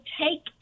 take